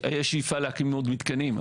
יש שאיפה להקים עוד מתקנים.